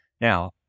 Now